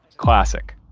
classic.